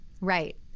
right